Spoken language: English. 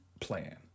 plan